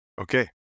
Okay